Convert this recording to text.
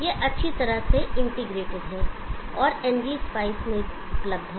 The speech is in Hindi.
यह अच्छी तरह से इंटीग्रेटेड है और ngspice में उपलब्ध है